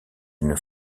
une